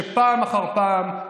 שפעם אחר פעם,